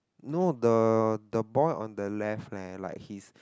no the the boy on the left leh like he is